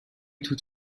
توت